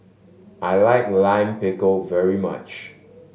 I like Lime Pickle very much